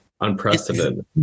Unprecedented